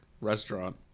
restaurant